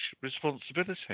responsibility